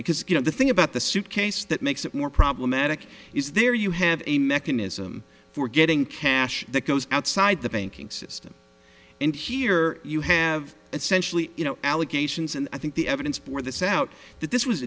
because you know the thing about the suitcase that makes it more problematic is there you have a mechanism for getting cash that goes outside the banking system and here you have essentially you know allegations and i think the evidence for this out that this was